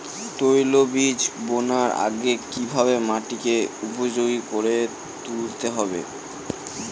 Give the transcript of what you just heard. তৈলবীজ বোনার আগে কিভাবে মাটিকে উপযোগী করে তুলতে হবে?